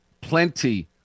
plenty